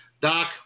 Doc